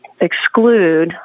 exclude